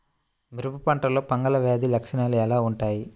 మిరప పంటలో ఫంగల్ వ్యాధి లక్షణాలు ఎలా వుంటాయి?